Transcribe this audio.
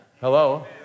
Hello